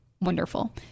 wonderful